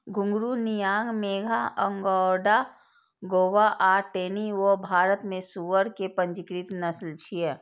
घूंघरू, नियांग मेघा, अगोंडा गोवा आ टेनी वो भारत मे सुअर के पंजीकृत नस्ल छियै